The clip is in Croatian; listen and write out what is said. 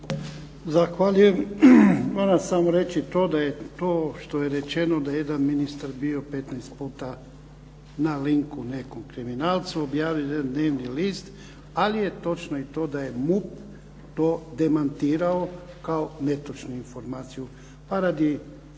Zahvaljujem. Moram samo reći to da je to što je rečeno da je jedan ministar bio 15 puta na linku nekom kriminalcu objavio jedan dnevni list, ali je točno i to da je MUP to demantirao kao netočnu informaciju. Pa radi